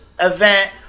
event